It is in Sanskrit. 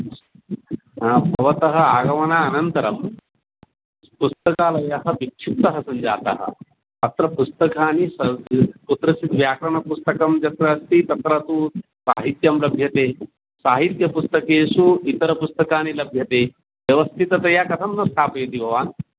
हा भवतः आगमन अनन्तरं पुस्तकालयः विक्षिप्तः सञ्जातः अत्र पुस्तकानि सर् कुत्रचित् व्याकरणपुस्तकं यत्र अस्ति तत्र तु साहित्यं लभ्यते इति साहित्यपुस्तकेषु इतरपुस्तकानि लभ्यन्ते व्यवस्थिततया कथं न स्थापयति भवान्